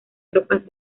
tropas